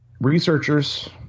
researchers